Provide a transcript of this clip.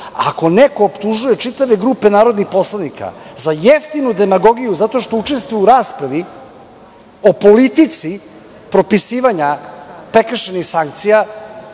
neko optužuje čitave grupe narodnih poslanika za jeftinu demagogiju, zato što učestvuje u raspravi o politici propisivanja prekršajnih sankcija,